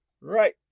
Right